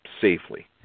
safely